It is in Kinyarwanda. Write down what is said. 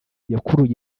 yakuruye